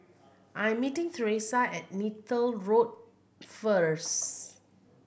I'm meeting Teresa at Neythal Road first